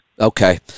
Okay